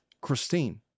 Christine